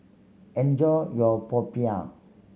enjoy your popiah